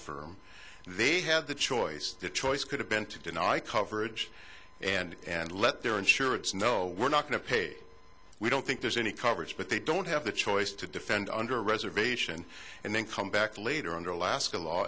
firm they had the choice the choice could have been to deny coverage and let their insurance know we're not going to pay we don't think there's any coverage but they don't have the choice to defend under reservation and then come back later under las